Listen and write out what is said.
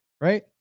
right